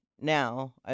now